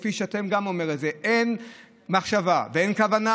כפי שאתם גם אומרים את זה: אין מחשבה ואין כוונה